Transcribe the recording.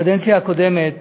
בקדנציה הקודמת